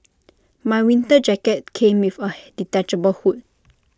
my winter jacket came with A detachable hood